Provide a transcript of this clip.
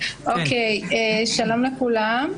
שלום לכולם.